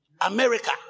America